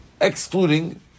Excluding